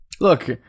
Look